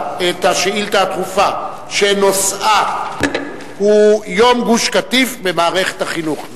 את השאילתא הדחופה שנושאה הוא: יום גוש-קטיף במערכת החינוך.